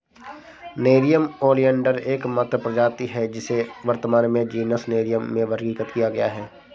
nerium oleander एकमात्र प्रजाति है जिसे वर्तमान में जीनस नेरियम में वर्गीकृत किया गया है